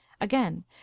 Again